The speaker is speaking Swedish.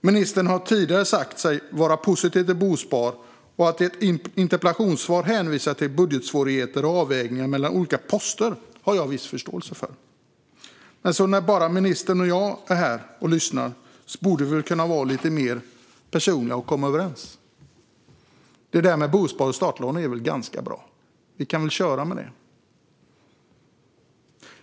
Ministern har tidigare sagt sig vara positiv till bospar, och att i ett interpellationssvar hänvisa till budgetsvårigheter och avvägningar mellan olika poster har jag förståelse för. Men när bara ministern och jag är här och lyssnar borde vi väl kunna vara lite mer personliga och komma överens. Det där med bospar och startlån är väl ganska bra - vi kan väl köra med det?